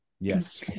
Yes